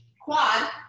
quad